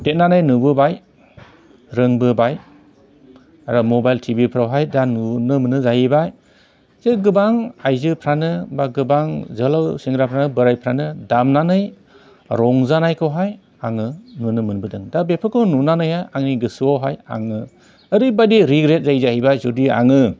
देरनानै नुबोबाय रोंबोबाय आरो मबाइल टिभिफ्रावहाय दा नुनो मोनो जाहैबाय जे गोबां आइजोफ्रानो बा गोबां जोहोलाव सेंग्राफ्रानो बोराइफ्रानो दामनानै रंजानायखौहाय आङो नुनो मोनबोदों दा बेफोरखौ नुनानै आंनि गोसोआवहाय आङो ओरैबायदि रिग्रेट जायो जाहैबाय जुदि आङो